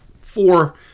four